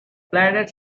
planet